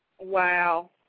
Wow